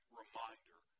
reminder